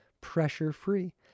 pressure-free